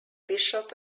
bishop